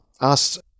asked